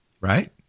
Right